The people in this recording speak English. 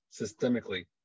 systemically